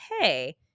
hey